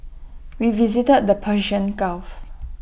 we visited the Persian gulf